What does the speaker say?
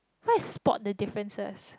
what's spot the differences